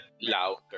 louder